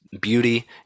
beauty